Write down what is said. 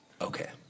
Okay